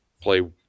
play